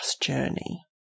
journey